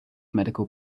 medical